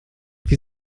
wie